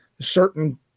Certain